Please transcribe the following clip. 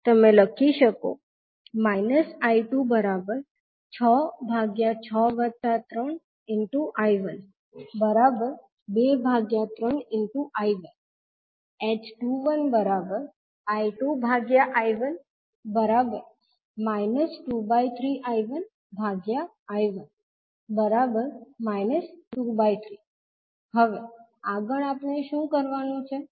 તમે લખી શકો I2663I123I1 h21 I2I1 23I1I1 23 હવે આગળ આપણે શું કરવાનું છે